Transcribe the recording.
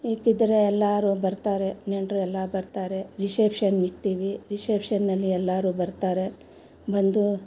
ಇಕ್ಕಿದ್ರೆ ಎಲ್ಲರೂ ಬರ್ತಾರೆ ನೆಂಟರು ಎಲ್ಲ ಬರ್ತಾರೆ ರಿಶೆಷ್ಪನ್ ಇಡ್ತೀವಿ ರಿಶೆಪ್ಷನ್ನಲ್ಲಿ ಎಲ್ಲರೂ ಬರ್ತಾರೆ ಬಂದು